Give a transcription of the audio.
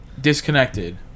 disconnected